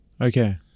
Okay